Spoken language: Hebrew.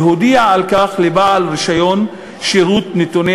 להודיע על כך לבעל רישיון שירות נתוני